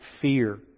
fear